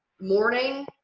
morning,